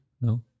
No